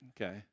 Okay